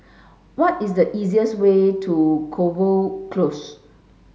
what is the easiest way to Cotswold Close